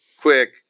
Quick